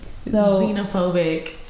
xenophobic